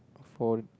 for